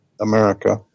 America